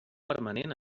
permanent